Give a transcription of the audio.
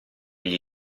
gli